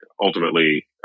ultimately